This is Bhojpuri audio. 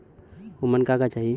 उमन का का चाही?